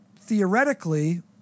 Theoretically